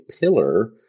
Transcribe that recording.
pillar